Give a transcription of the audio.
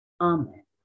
Amen